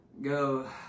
Go